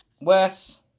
Wes